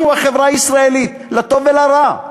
אנחנו החברה הישראלית, לטוב ולרע,